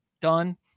done